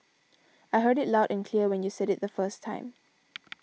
I heard you loud and clear when you said it the first time